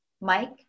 Mike